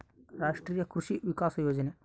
ರಾಷ್ಟ್ರೀಯ ಕೃಷಿ ವಿಕಾಸ ಯೋಜನೆ